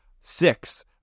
six